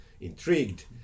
intrigued